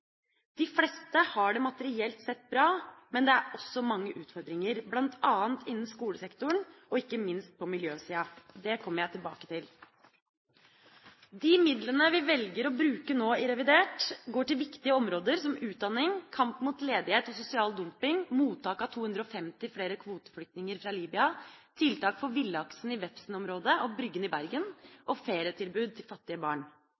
De fleste har det materielt sett bra. Men det er også mange utfordringer, bl.a. innen skolesektoren og ikke minst på miljøsida. Det kommer jeg tilbake til. De midlene vi velger å bruke nå i revidert, går til viktige områder som utdanning, kamp mot ledighet og sosial dumping, mottak av 250 flere kvoteflyktninger fra Libya, tiltak for villaksen i Vefsn-området og Bryggen i Bergen og ferietilbud til fattige barn.